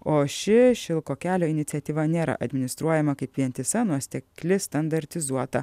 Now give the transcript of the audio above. o ši šilko kelio iniciatyva nėra administruojama kaip vientisa nuosekli standartizuota